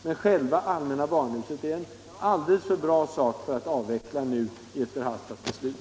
Men själva allmänna barnhuset är en alldeles för bra sak för att man nu skulle avveckla det genom ett förhastat beslut.